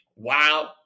Wow